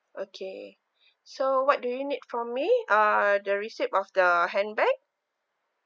okay so what do you need from me uh the receipt of the handbag